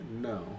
no